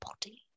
body